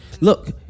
look